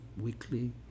weekly